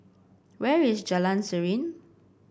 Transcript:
where is Jalan Serene